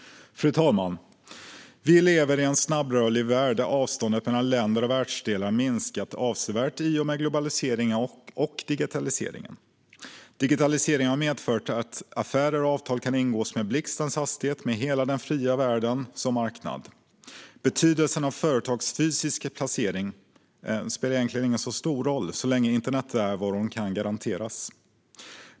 Fru talman! Vi lever i en snabbrörlig värld där avstånden mellan länder och världsdelar minskat avsevärt i och med globalisering och digitalisering. Digitaliseringen har medfört att affärer och avtal kan ingås med blixtens hastighet med hela den fria världen som marknad. Företagets fysiska placering spelar inte så stor roll så länge internetnärvaron kan garanteras.